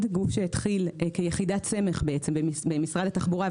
זה גוף שהתחיל בעצם כיחידת סמך במשרד התחבורה,